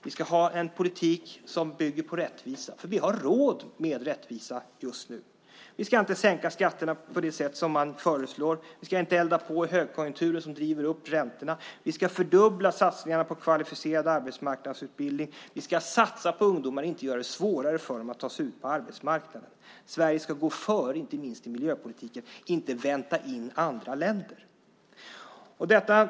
Vi ska föra en politik som bygger på rättvisa. Vi har råd med rättvisa just nu. Vi ska inte sänka skatterna på det sätt som föreslås. Vi ska inte elda på högkonjunkturen som driver upp räntorna. Vi ska fördubbla satsningarna på kvalificerad arbetsmarknadsutbildning. Vi ska satsa på ungdomar, inte göra det svårare för dem att ta sig ut på arbetsmarknaden. Sverige ska gå före, inte minst när det gäller miljöpolitiken, inte vänta in andra länder. Fru talman!